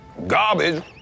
Garbage